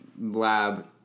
lab